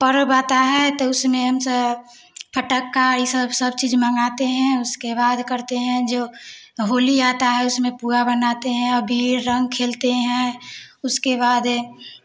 पर्व आता है तो उसमें हम सब फटाका इ सब सब चीज़ मंगाते हैं उसके बाद करते हैं जो होली आता है उसमें पुआ बनाते हैं अबीर रंग खेलते हैं उसके बाद